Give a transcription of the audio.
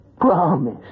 Promise